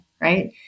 right